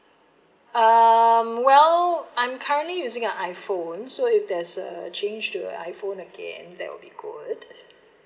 um well I'm currently using an iPhone so if there's a change to a iPhone again that will be good